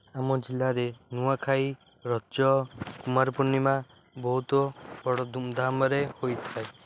ଆମ ଜିଲ୍ଲାରେ ନୂଆଖାଇ ରଜ କୁମାର ପୂର୍ଣ୍ଣିମା ବହୁତ ବଡ଼ ଧୁମ୍ଧାମ୍ରେ ହୋଇଥାଏ